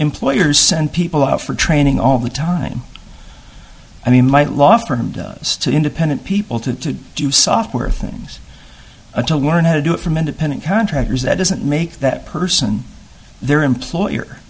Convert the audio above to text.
employers send people out for training all the time i mean my law firm does two independent people to do software things a to learn how to do it from independent contractors that doesn't make that person their employer